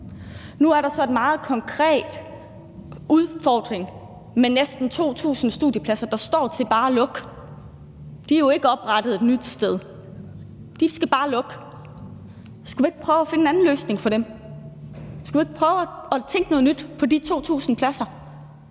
Nu er der så en meget konkret udfordring med næsten 2.000 studiepladser, der bare står til at lukke. De er jo ikke oprettet et nyt sted, men de skal bare lukke. Skulle vi ikke prøve at finde en anden løsning for dem? Skulle vi ikke prøve at tænke noget nyt for de 2.000 pladser?